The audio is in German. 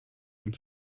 dem